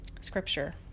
scripture